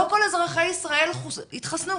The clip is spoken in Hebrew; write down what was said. לא כל אזרחי ישראל התחסנו.